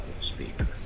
speaker